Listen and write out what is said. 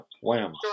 Wham